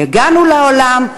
הגענו לעולם,